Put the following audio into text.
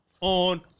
on